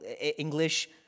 English